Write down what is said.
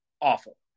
awful